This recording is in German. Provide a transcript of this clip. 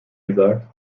gesagt